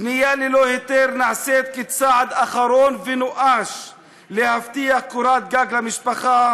בנייה ללא היתר נעשית כצעד אחרון ונואש להבטיח קורת גג למשפחה,